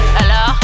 Hello